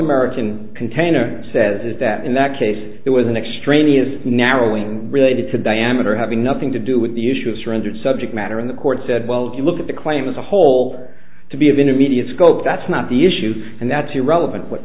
american container says is that in that case there was an extraneous narrowing related to diameter having nothing to do with the issue of surrendered subject matter in the court said well if you look at the claim of the hole to be of intermediate scope that's not the issue and that's irrelevant what